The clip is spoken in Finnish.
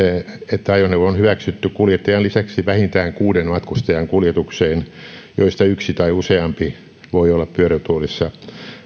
että ajoneuvo on hyväksytty kuljettajan lisäksi vähintään kuuden matkustajan kuljetukseen joista yksi tai useampi voi olla pyörätuolissa